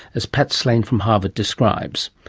as pat slane from harvard describes.